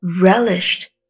relished